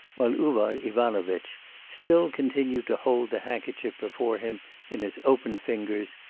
while uvar ivanovitch still continued to hold the handkerchief before him in his opened fingers,